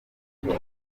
igihe